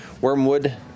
Wormwood